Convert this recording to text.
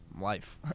life